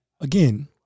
Again